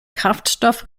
kraftstoff